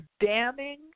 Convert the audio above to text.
damning